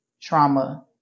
trauma